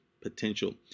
potential